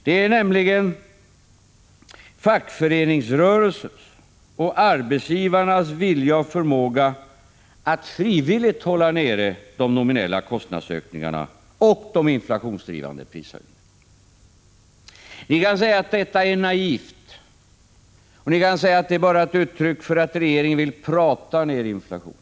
Det är nämligen fackföreningsrörelsens och arbetsgivarnas vilja och förmåga att frivilligt hålla nere de nominella kostnadsökningarna och de inflationsdrivande prishöjningarna. Ni kan säga att detta är naivt, och ni kan säga att det bara är ett uttryck för att regeringen vill prata ner inflationen.